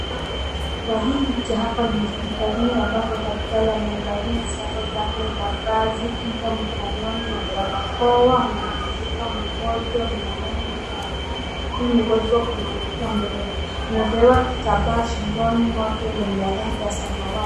Hii picha hapa ni hospitalini ambapo madaktari wamevalia sare zake za kazi, kinga mkononi, na barakoa, anamulika mgonjwa . Huyu mgonjwa kunakitu amepewa kitamba shingoni yenye rangi ya samawati.